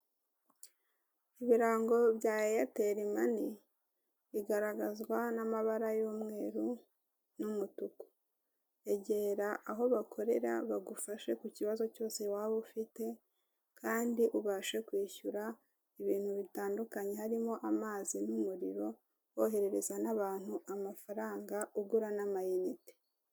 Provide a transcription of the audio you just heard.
Ibirango bya airtel money ,bigaragazwa n'amabara y'umweru n'umutuku egera aho bakorera bagufashe ku kibazo cyose waba ufite kandi ubashe kwishyura ibintu bitandukanye harimo amazi n'umuriro wohererezwa n'abantu amafaranga ugura namayinite.